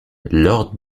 lord